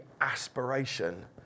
aspiration